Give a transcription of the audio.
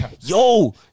yo